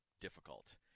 difficult